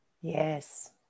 Yes